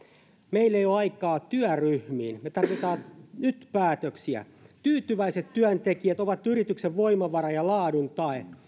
meillä ei ole aikaa työryhmiin me tarvitsemme nyt päätöksiä tyytyväiset työntekijät ovat yrityksen voimavara ja laadun tae